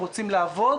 הם רוצים לעבוד,